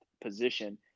position